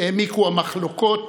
העמיקו המחלוקות